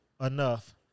enough